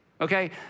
okay